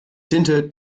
tinte